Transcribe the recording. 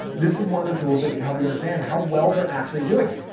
this is one of the tools that can help you understand how well they're actually doing.